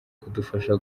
kudufasha